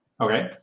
Okay